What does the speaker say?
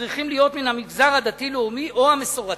צריכים להיות מן המגזר הדתי-לאומי או המסורתי,